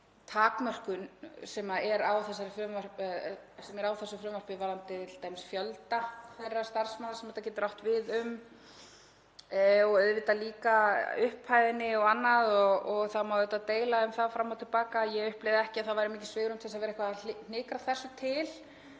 takmörkun sem er í þessu frumvarpi á t.d. fjölda þeirra starfsmanna sem þetta getur átt við um og auðvitað líka upphæðina og annað. Það má auðvitað deila um það fram og til baka, en ég upplifði ekki að það væri mikið svigrúm til að vera eitthvað að hnika þessu til